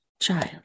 child